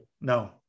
No